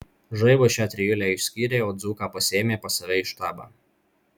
žaibas šią trijulę išskyrė o dzūką pasiėmė pas save į štabą